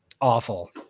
awful